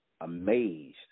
amazed